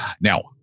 now